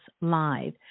live